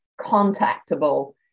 contactable